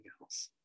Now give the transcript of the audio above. else